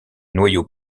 noyau